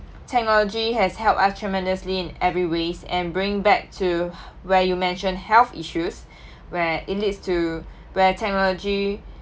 technology has helped us tremendously in every ways and bring back to where you mentioned health issues where it leads to where technology